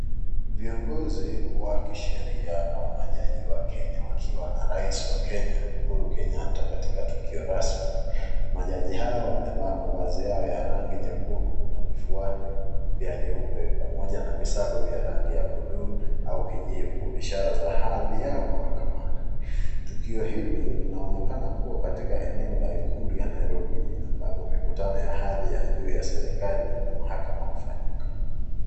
Viongozi wa kisheria au majaji wa Kenya wakiwa na raisi wa Kenya Uhuru Kenyatta katika tukio rasmi. Majaji hao wamevaa mavazi yao ya rangi nyekundu na vifuani vya nyeupe pamoja na visago vya rangi buluu au kijivu ishara ya hadhi yao mahakamani. Tukio hili linaonekana kuwa katika eneo la ikulu ya Nairobi ambapo mikutano ya hadhi ya juu ya serikali na mahakama hufanyika.